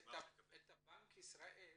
את בנק ישראל